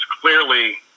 clearly